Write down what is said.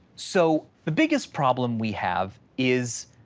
so the biggest problem we have is,